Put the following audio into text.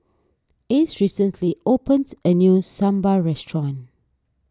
Ace recently opens a new Sambar restaurant